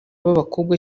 b’abakobwa